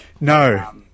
No